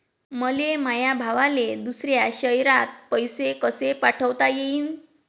मले माया भावाले दुसऱ्या शयरात पैसे कसे पाठवता येईन?